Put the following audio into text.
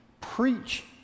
preach